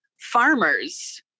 farmers